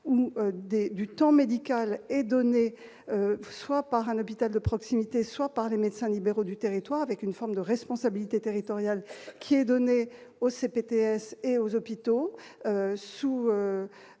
des du temps médical est donné soit par un hôpital de proximité, soit par les médecins libéraux du territoire avec une forme de responsabilité territoriale qui est donnée au c'est et aux hôpitaux sous